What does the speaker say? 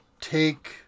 take